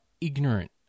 ignorant